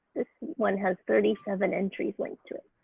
this one has thirty seven entries linked to it.